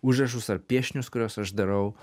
užrašus ar piešinius kuriuos aš darau